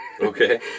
Okay